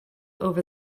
over